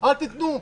אל תיתנו.